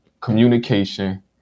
communication